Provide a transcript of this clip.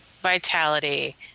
vitality